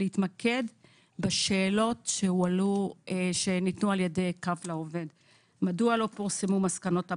להתמקד בשאלות שניתנו על ידי קו לעובד: מדוע לא פורסמו מסקנות הפיילוט?